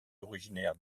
originaire